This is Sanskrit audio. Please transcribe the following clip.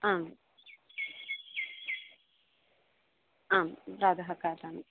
आम् आं प्रातः खादामि